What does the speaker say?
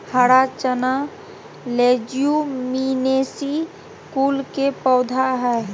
हरा चना लेज्युमिनेसी कुल के पौधा हई